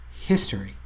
history